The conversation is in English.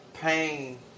pain